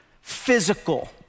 physical